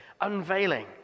unveiling